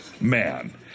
man